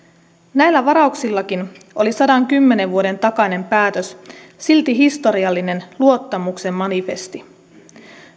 näillä varauksillakin oli sadankymmenen vuoden takainen päätös silti historiallinen luottamuksen manifesti